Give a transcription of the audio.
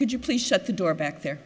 could you please shut the door back there